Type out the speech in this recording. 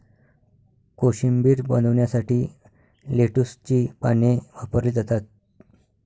कोशिंबीर बनवण्यासाठी लेट्युसची पाने वापरली जातात